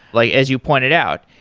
like as you pointed out.